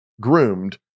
groomed